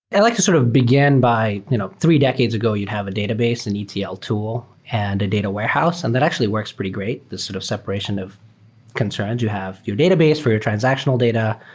i like to sort of begin by you know three decades ago you'd have a database and etl tool and a data warehouse, and that actually works pretty great, this sort of separation of concerns you have for your database, for your transactional data,